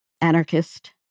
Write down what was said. anarchist